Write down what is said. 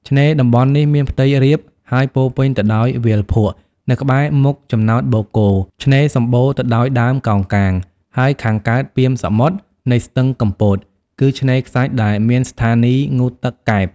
ឆ្នេរតំបន់នេះ មានផ្ទៃរាបហើយពោរពេញទៅដោយវាលភក់ នៅក្បែរមុខចំណោតបូកគោ ឆ្នេរសំបូរទៅដោយដើមកោងកាង ហើយខាងកើតពាមសមុទ្រនៃស្ទឹងកំពត គឺឆ្នេរខ្សាច់ដែលមានស្ថានីយងូតទឹក កែប។